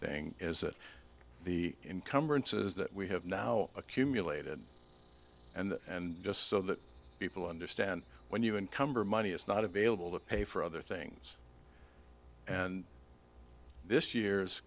thing is that the incumbrances that we have now accumulated and and just so that people understand when you encumber money is not available to pay for other things and this year's